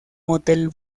hotel